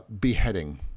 beheading